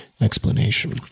explanation